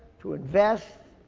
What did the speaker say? to invest.